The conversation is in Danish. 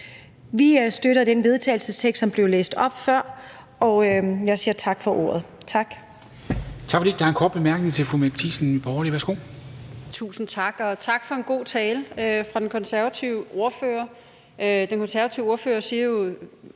forslag til vedtagelse, som blev læst op før. Og jeg siger tak for ordet. Kl.